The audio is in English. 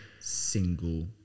single